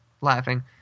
laughing